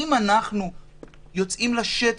אם אנחנו יוצאים לשטח,